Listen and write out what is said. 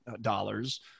dollars